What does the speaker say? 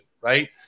right